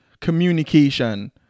communication